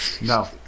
no